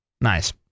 Nice